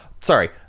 sorry